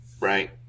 Right